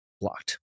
blocked